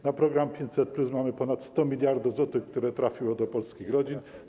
Na program 500+ mamy ponad 100 mld zł, które trafiły do polskich rodzin.